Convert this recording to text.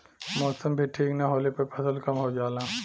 मौसम भी ठीक न होले पर फसल कम हो जाला